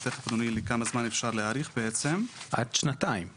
אפשר להאריך עד --- עד שנתיים בטוטאל.